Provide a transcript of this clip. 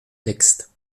texte